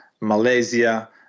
Malaysia